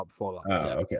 okay